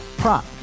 prop